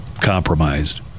compromised